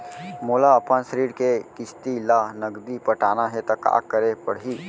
मोला अपन ऋण के किसती ला नगदी पटाना हे ता का करे पड़ही?